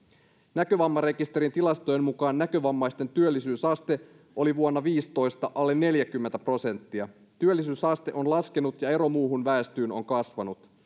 näkövammarekisterin tilastojen mukaan näkövammaisten työllisyysaste oli vuonna viisitoista alle neljäkymmentä prosenttia työllisyysaste on laskenut ja ero muuhun väestöön on kasvanut